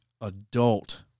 adult